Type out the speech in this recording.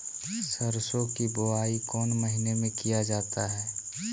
सरसो की बोआई कौन महीने में किया जाता है?